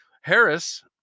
Harris